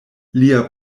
lia